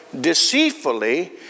deceitfully